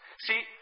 See